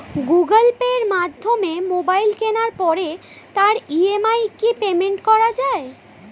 Google Pay মাধ্যমে mobile কেনার পরে তার ই.এম.আই কি পেমেন্ট করা যায়?